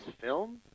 film